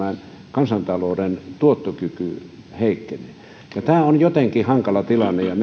kansantalouden tuottokyky heikkenee tämä on jotenkin hankala tilanne ja